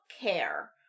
care